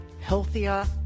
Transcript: healthier